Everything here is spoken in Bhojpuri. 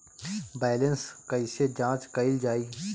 बैलेंस कइसे जांच कइल जाइ?